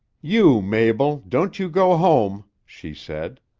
you, mabel, don't you go home, she said.